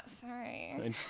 sorry